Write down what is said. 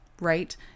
right